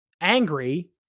angry